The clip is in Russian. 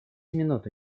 минуту